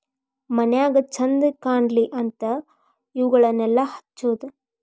ಮನ್ಯಾಗ ಚಂದ ಕಾನ್ಲಿ ಅಂತಾ ಇವುಗಳನ್ನಾ ಹಚ್ಚುದ